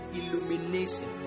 illumination